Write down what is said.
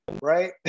right